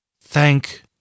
Thank